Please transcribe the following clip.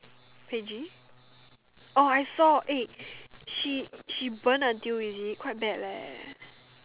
Paige orh I saw eh she she burn until is it quite bad leh